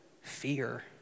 fear